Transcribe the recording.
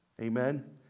Amen